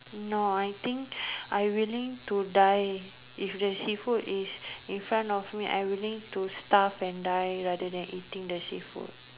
no I think I willing to die if the seafood is in front of me I willing to starve and die rather than eating the seafood